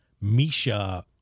Misha